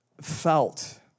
felt